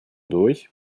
durch